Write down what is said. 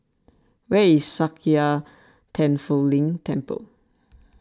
where is Sakya Tenphel Ling Temple